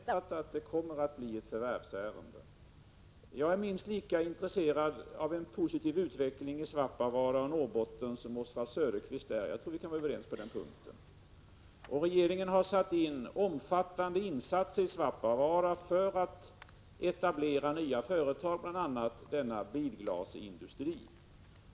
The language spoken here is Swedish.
Herr talman! Ärendet skall nu prövas enligt förvärvslagen. Det har ännu inte kommit in till industridepartementet, men eftersom Oswald Söderqvist har ställt frågan så, har jag bekräftat att det kommer att bli ett förvärvsärende. Jag är minst lika intresserad av en positiv utveckling i Svappavaara och Norrbotten som Oswald Söderqvist är. Jag tror vi kan vara överens på den punkten. Regeringen har satt in omfattande insatser i Svappavaara för att etablera nya företag, bl.a. denna bilglasindustri.